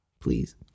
please